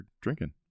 drinking